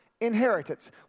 inheritance